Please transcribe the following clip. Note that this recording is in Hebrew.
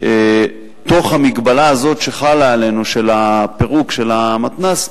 תוך המגבלה הזאת שחלה עלינו של פירוק המתנ"ס,